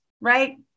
right